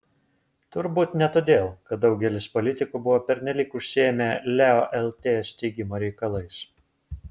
turbūt ne todėl kad daugelis politikų buvo pernelyg užsiėmę leo lt steigimo reikalais